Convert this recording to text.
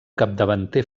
capdavanter